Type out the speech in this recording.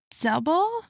double